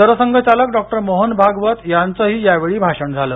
सरसंघचालक डॉक्टर मोहन भागवत यांचही यावेळी भाषण झालं